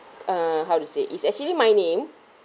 uh how to say it's actually my name